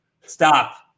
Stop